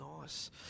Nice